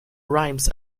rhymes